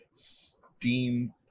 steam